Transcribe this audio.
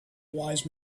wise